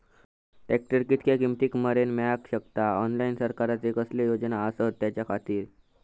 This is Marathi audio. ट्रॅक्टर कितक्या किमती मरेन मेळाक शकता आनी सरकारचे कसले योजना आसत त्याच्याखाती?